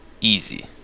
easy